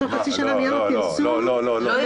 ממש לא.